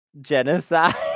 genocide